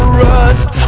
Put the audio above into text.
rust